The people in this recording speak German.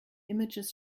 images